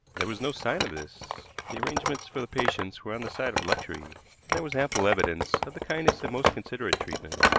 there was no sign of this. the arrangements for the patients were on the side of luxury, and there was ample evidence of the kindest and most considerate treatment.